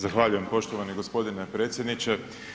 Zahvaljujem poštovani gospodine predsjedniče.